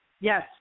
Yes